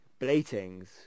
Blatings